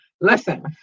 Listen